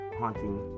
haunting